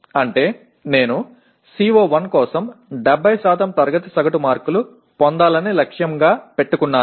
అంటే నేను CO1 కోసం 70 తరగతి సగటు మార్కులు పొందాలని లక్ష్యంగా పెట్టుకున్నాను